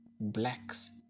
Blacks